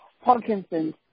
Parkinson's